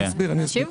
אני אסביר, אני אסביר.